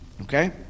Okay